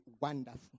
wonderful